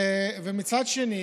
ומצד שני